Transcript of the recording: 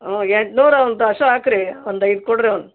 ಹ್ಞೂ ಎಂಟುನೂರು ಒಂದು ಹಾಕ್ರಿ ಒಂದು ಐದು ಕೊಡಿರಿ ಅವ್ನ